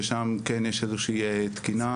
ששם כן יש איזושהי תקינה,